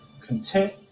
content